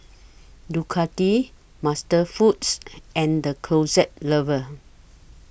Ducati MasterFoods and The Closet Lover